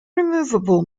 removable